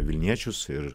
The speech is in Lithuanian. vilniečius ir